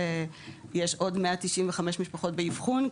ויש עוד 195 משפחות באבחון,